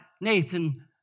Nathan